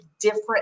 different